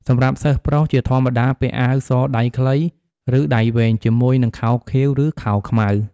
សម្រាប់សិស្សប្រុស ជាធម្មតាពាក់អាវសដៃខ្លី ឬដៃវែងជាមួយនឹងខោខៀវ ឬខោខ្មៅ។